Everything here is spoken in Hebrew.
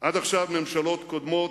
עד עכשיו, ממשלות קודמות,